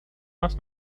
must